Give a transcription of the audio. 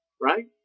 Right